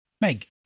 Meg